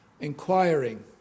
inquiring